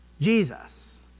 Jesus